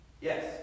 Yes